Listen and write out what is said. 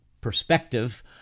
perspective